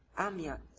amir,